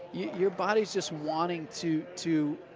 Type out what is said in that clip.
your body's just wanting to to